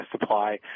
supply